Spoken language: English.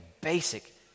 basic